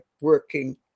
working